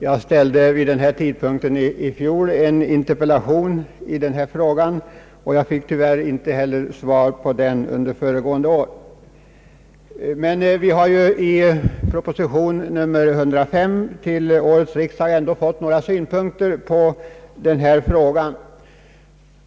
Jag framställde vid denna tidpunkt i fjol en interpellation i frågan och fick tyvärr heller inte svar på denna. Vi har emellertid ändå i proposition nr 105 till årets riksdag fått några synpunkter på frågan.